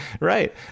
Right